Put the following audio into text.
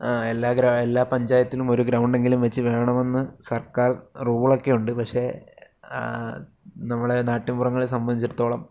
എല്ലാ എല്ലാ പഞ്ചായത്തിനും ഒരു ഗ്രൗണ്ടെങ്കിലും വെച്ച് വേണമെന്ന് സർക്കാർ റൂളൊക്കെ ഉണ്ട് പക്ഷേ നമ്മുടെ നാട്ടിൻപുറങ്ങളെ സംബന്ധിച്ചിടത്തോളം